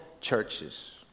churches